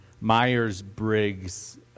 Myers-Briggs